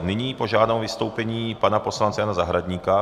Nyní požádám o vystoupení pana poslance Jana Zahradníka.